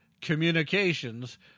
communications